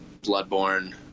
Bloodborne